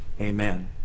amen